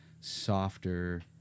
softer